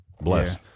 Bless